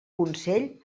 consell